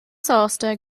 sásta